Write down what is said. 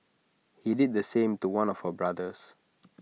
he did the same to one of her brothers